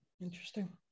Interesting